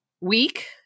week